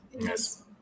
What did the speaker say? yes